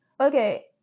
okay